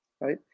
Right